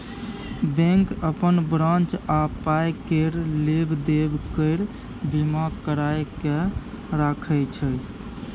bank अपन branch आ पाइ केर लेब देब केर बीमा कराए कय राखय छै